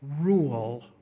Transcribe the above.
rule